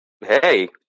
Hey